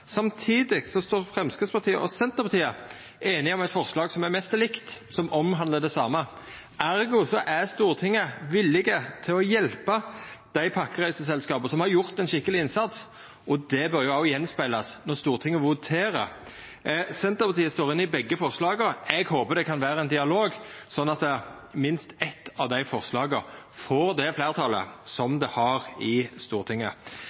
Samtidig er Framstegspartiet og Senterpartiet einige om eit forslag som er nesten likt, som omhandlar det same. Ergo er Stortinget villig til å hjelpa dei pakkereiseselskapa som har gjort ein skikkelig innsats, og det bør òg speglast av når Stortinget voterer. Senterpartiet står inne i begge forslaga. Eg håpar det kan vera ein dialog, sånn at minst eitt av dei forslaga får det fleirtalet som det har i Stortinget.